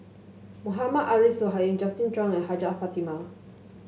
Mohammad Arif Justin Zhuang and Hajjah Fatimah